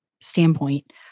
standpoint